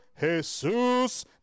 Jesus